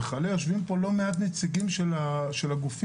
וכלה בלא מעט נציגים שיושבים פה של הגופים